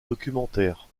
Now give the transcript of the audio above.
documentaires